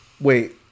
Wait